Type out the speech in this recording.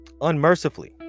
unmercifully